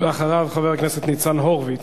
ואחריו, חבר הכנסת ניצן הורוביץ.